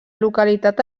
localitat